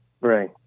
Right